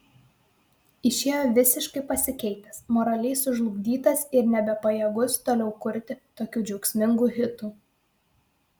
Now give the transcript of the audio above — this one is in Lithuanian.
išėjo visiškai pasikeitęs moraliai sužlugdytas ir nebepajėgus toliau kurti tokių džiaugsmingų hitų